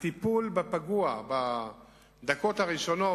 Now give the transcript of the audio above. הטיפול בפגוע בדקות הראשונות,